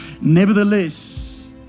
Nevertheless